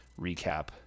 recap